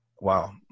wow